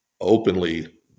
openly